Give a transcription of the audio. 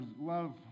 love